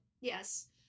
Yes